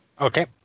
Okay